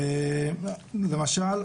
עוד למשל,